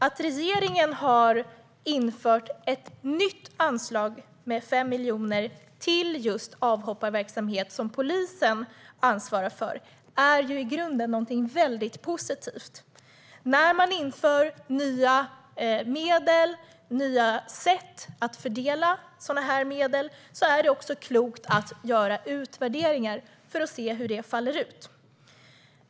Att regeringen har infört ett nytt anslag med 5 miljoner till just avhopparverksamhet som polisen ansvarar för är i grunden någonting väldigt positivt. När man inför nya medel och nya sätt att fördela medel är det också klokt att göra utvärderingar för att se hur det faller ut.